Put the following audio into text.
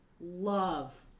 love